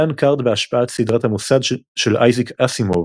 דן קארד בהשפעת סדרת המוסד של אייזק אסימוב